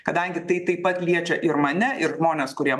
kadangi tai taip pat liečia ir mane ir žmones kurie